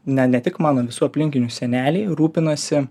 ne ne tik mano visų aplinkinių seneliai rūpinasi